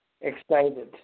excited